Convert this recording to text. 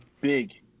big